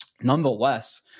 Nonetheless